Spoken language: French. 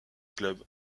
club